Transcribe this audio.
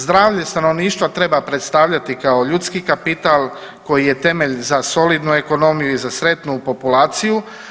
Zdravlje stanovništva treba predstavljati kao ljudski kapital koji je temelj za solidnu ekonomiju i za sretnu populaciju.